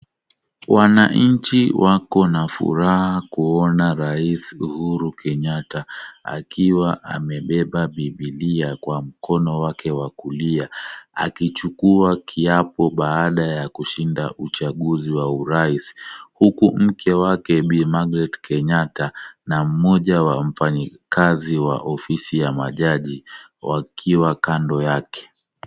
Wananchi wako na furaha kuona Rais Uhuru Kenyatta ,akiwa amebeba biblia kwa mkono wake wa kulia. Akichukua kiapo baada ya kushinda uchaguzi wa Urais. Huku mke wake Bi. Margaret Kenyatta na mmoja wa mfanyikazi wa ofisi ya majaji, wakiwa kando yake.